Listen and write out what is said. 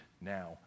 now